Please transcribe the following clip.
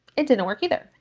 it didn't work either.